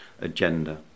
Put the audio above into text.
agenda